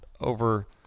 over